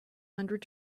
hundred